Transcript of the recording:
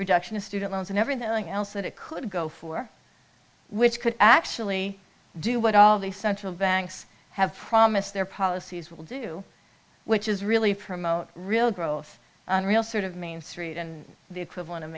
reduction in student loans and everything else that it could go for which could actually do what all the central banks have promised their policies will do which is really promote real growth real sort of main street and the equivalent of